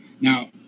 Now